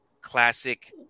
classic